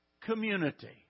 community